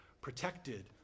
protected